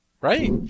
right